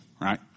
right